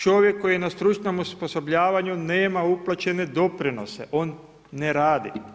Čovjek koji je na stručnom osposobljavanju, nema uplaćene doprinose, on ne radi.